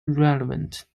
relevant